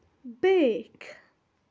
بیکھ